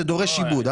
זה דורש עיבוד,